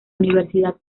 universidad